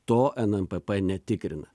to nmpp netikrina